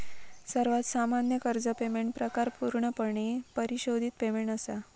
सर्वात सामान्य कर्ज पेमेंट प्रकार पूर्णपणे परिशोधित पेमेंट असा